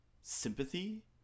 sympathy